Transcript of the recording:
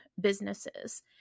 businesses